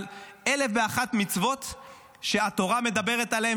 על 1,001 מצוות שהתורה מדברת עליהן,